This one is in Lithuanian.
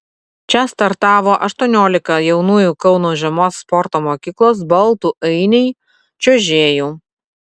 čia startavo aštuoniolika jaunųjų kauno žiemos sporto mokyklos baltų ainiai čiuožėjų